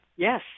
Yes